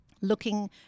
looking